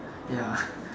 ya